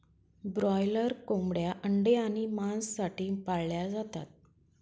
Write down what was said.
broiler कोंबड्या अंडे आणि मांस साठी पाळल्या जातात